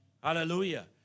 Hallelujah